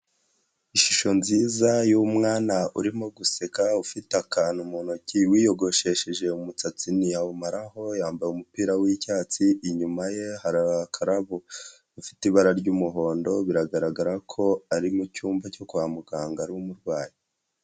Ishusho nziza y'umwana urimo guseka, ufite akantu mu ntoki, wiyogoshesheje umusatsi ntiyawumaraho. Yambaye umupira w’icyatsi, inyuma ye har’akarabo gafite ibara ry’umuhondo, biragaragara ko ari mu cyumba cyo kwa muganga ari umurwayi.